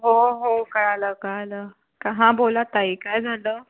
हो हो कळलं कळलं का हा बोला ताई काय झालं